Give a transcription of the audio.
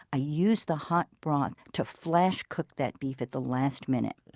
i use the hot broth to flash cook that beef at the last minute